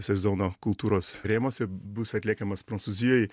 sezono kultūros rėmuose bus atliekamas prancūzijoj